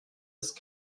ist